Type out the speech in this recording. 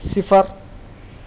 صفر